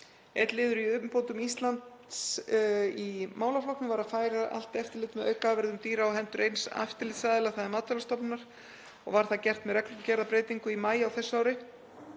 liður í umbótum Íslands í málaflokknum var að færa allt eftirlit með aukaafurðum dýra á hendur eins eftirlitsaðila, þ.e. Matvælastofnunar, og var það gert með reglugerðarbreytingu í maí á þessu ári.